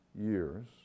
years